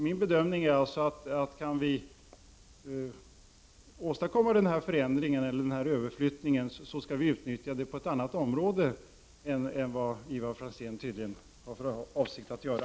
Min bedömning är att om vi kan åstadkomma denna överflyttning skall vi utnyttja det på ett annat område än vad Ivar Franzén tydligen har för avsikt att göra.